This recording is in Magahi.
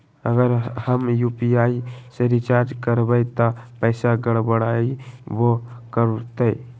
अगर हम यू.पी.आई से रिचार्ज करबै त पैसा गड़बड़ाई वो करतई?